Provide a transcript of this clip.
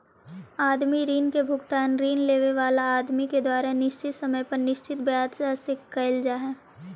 आदमी ऋण के भुगतान ऋण लेवे वाला आदमी के द्वारा निश्चित समय पर निश्चित ब्याज दर से कईल जा हई